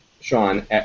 Sean